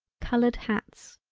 colored hats.